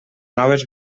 noves